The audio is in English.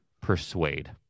persuade